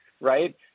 Right